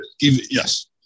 Yes